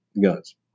guns